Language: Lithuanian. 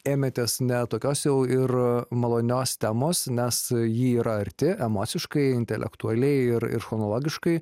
ėmėtės ne tokios jau ir malonios temos nes ji yra arti emociškai intelektualiai ir ir chronologiškai